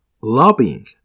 Lobbying